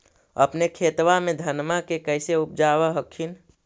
अपने खेतबा मे धन्मा के कैसे उपजाब हखिन?